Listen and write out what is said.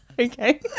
Okay